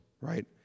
right